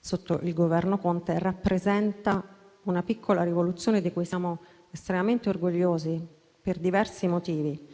sotto il Governo Conte, rappresenta una piccola rivoluzione, di cui siamo estremamente orgogliosi, per diversi motivi.